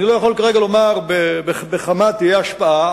אני לא יכול כרגע לומר בכמה תהיה ההשפעה,